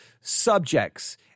subjects